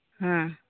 ᱦᱮᱸ